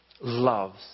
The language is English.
loves